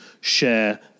share